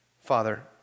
Father